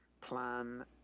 plan